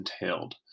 entailed